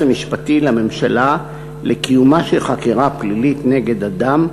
המשפטי לממשלה לקיומה של חקירה פלילית נגד אדם,